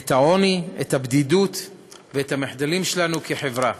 את העוני, את הבדידות ואת המחדלים שלנו כחברה,